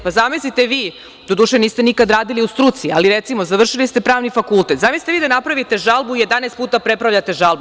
Pa, zamislite vi, doduše niste nikad radili u struci, ali recimo, završili ste Pravni fakultet, zamislite vi da napravite žalbu i jedanaest puta prepravljate žalbu.